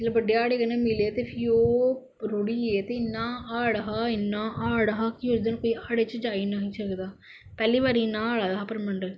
जिसले बड्डे हाड़े कन्नै ओह् मिले ते फ्ही ओह् रुढ़ी गे ते इन्ना हाड़ हा